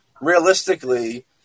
realistically